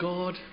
God